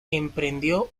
emprendió